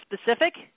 specific